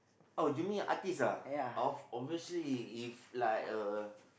oh you mean artiste ah of obviously if like a